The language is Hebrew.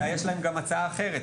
אולי יש להם גם הצעה אחרת.